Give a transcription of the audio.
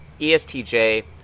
ESTJ